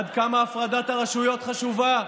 עד כמה הפרדת הרשויות חשובה.